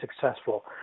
successful